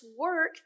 work